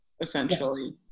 essentially